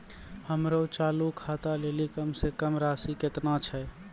हमरो चालू खाता लेली कम से कम राशि केतना छै?